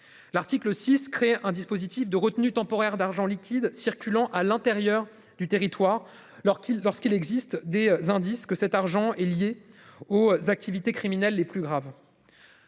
L'article 6 crée un dispositif de retenue temporaire d'argent liquide circulant à l'intérieur du territoire lorsqu'il lorsqu'il existe des indices que cet argent est lié aux activités criminelles les plus graves.